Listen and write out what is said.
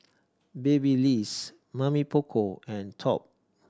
Babyliss Mamy Poko and Top